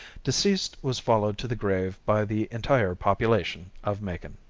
deceased was followed to the grave by the entire population of macon.